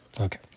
Okay